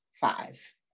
five